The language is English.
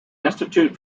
institute